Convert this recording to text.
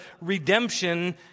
redemption